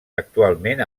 actualment